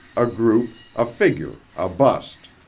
a group, a figure, a bust.